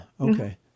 okay